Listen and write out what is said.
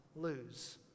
Lose